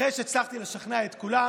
אחרי שהצלחתי לשכנע את כולם,